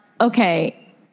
okay